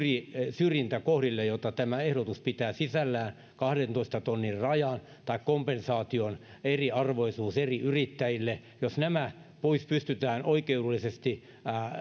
syrjintäkohdille joita tämä ehdotus pitää sisällään kahdentoista tonnin raja tai kompensaation eriarvoisuus eri yrittäjille ja jos nämä pystytään oikeudellisesti